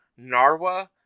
Narwa